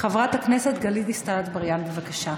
חברת הכנסת גלית דיסטל אטבריאן, בבקשה.